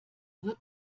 wird